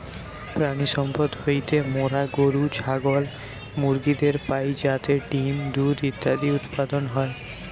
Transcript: প্রাণিসম্পদ হইতে মোরা গরু, ছাগল, মুরগিদের পাই যাতে ডিম্, দুধ ইত্যাদি উৎপাদন হয়